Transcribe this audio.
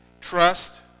Trust